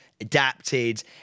adapted